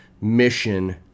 mission